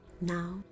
Now